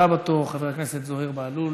הבא בתור, חבר הכנסת זוהיר בהלול.